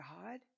God